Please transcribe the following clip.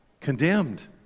Condemned